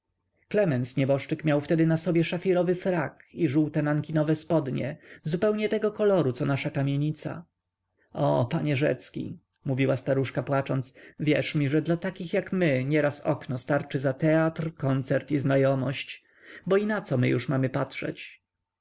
klemens nieboszczyk miał wtedy na sobie szafirowy frak i żółte nankinowe spodnie zupełnie tego koloru co nasza kamienica o panie rzecki mówiła staruszka płacząc wierz mi że dla takich jak my nieraz okno starczy za teatr koncert i znajomości bo i na co my już mamy patrzeć